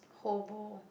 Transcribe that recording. hobo